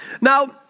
Now